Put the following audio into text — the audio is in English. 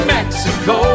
Mexico